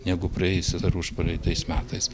negu praėjusiais ar užpraeitais metais